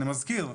אני מזכיר,